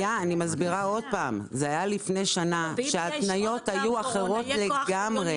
לפני שנה ההתניות היו אחרות לגמרי.